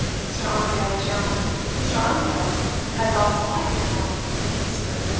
mr. armadale is young mr. armadale has all his life before him, he whispered,